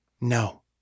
No